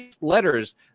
letters